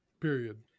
period